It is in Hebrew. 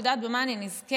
את יודעת במה אני נזכרת?